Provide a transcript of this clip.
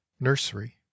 Nursery